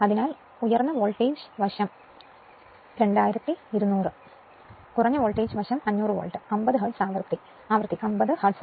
അതിനാൽ ഉയർന്ന voltage 2200 low voltage വശം 500 വോൾട്ട് 50 ഹെർട്സ് ആവൃത്തി 50 ഹെർട്സ്